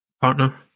partner